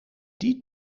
die